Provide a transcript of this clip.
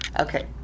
Okay